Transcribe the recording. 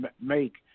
Make